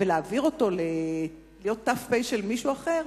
ולהעביר את זה שיהיה ת"פ של מישהו אחר,